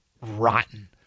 rotten